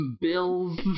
Bills